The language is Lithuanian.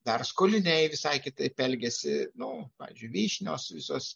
dar skoliniai visai kitaip elgiasi nu pavyzdžiui vyšnios visos